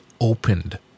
opened